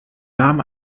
darm